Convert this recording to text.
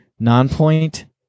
Nonpoint